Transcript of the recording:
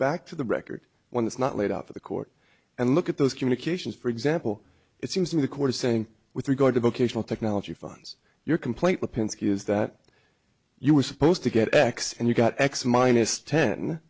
back to the record when it's not laid out for the court and look at those communications for example it seems in the court of saying with regard to vocational technology funds your complaint with pinsky is that you were supposed to get x and you got x minus ten